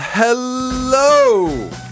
Hello